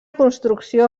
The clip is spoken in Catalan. construcció